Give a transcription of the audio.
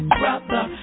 brother